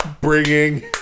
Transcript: bringing